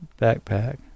backpack